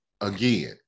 again